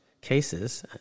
cases